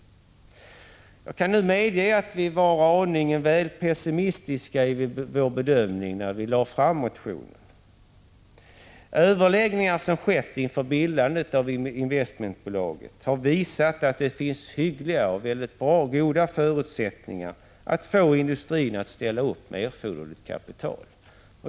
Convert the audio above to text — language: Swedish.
Jag kan nu medge att vi var en aning väl pessimistiska i vår bedömning, när vi väckte motionen. De överläggningar som har skett inför bildandet av investmentbolaget har visat att det finns goda förutsättningar att få industrin att ställa upp med erforderligt kapital.